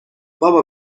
بابا